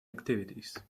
activities